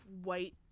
white